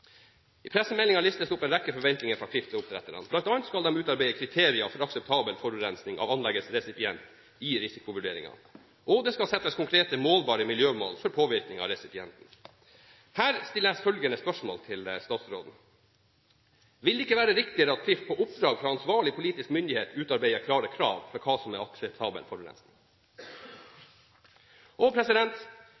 I pressemeldingen listes det opp en rekke forventninger fra Klif til oppdretterne. Blant annet skal de «utarbeide kriterier for akseptabel forurensning av anleggets resipient i risikovurderingen», og «det skal settes konkrete, målbare miljømål for påvirkning av resipienten». Her stiller jeg følgende spørsmål til statsråden: Vil det ikke være riktigere at Klif på oppdrag fra ansvarlig politisk myndighet utarbeider klare krav til hva som er